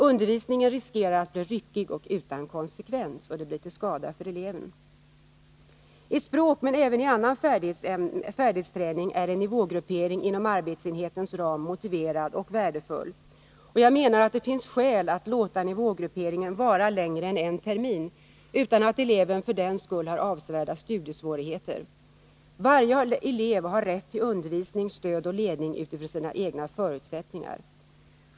Undervisningen riskerar att bli ryckig och utan konsekvens, och detta blir till skada för eleverna. I språk men även i annan färdighetsträning är en nivågruppering inom arbetsenhetens ram motiverad och värdefull, och jag menar att det finns skäl att låta nivågrupperingen vara längre än en termin utan att eleven för den skull har ”avsevärda studiesvårigheter”. Varje elev har rätt till undervisning, stöd och ledning utifrån sina egna förutsättningar.